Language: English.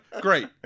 Great